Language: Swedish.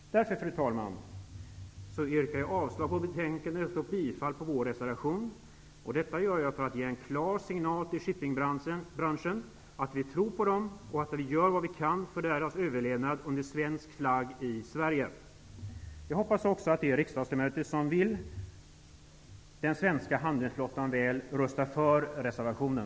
Fru talman! Jag yrkar avslag på hemställan i betänkandet och bifall till vår reservation. Det gör jag för att ge en klar signal till shippingbranschen om att vi tror på den och att vi gör vad vi kan för dess överlevnad under svensk flagg i Sverige. Jag hoppas också att de riksdagsledamöter som vill den svenska handelsflottan väl röstar för reservationen.